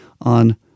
on